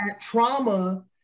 trauma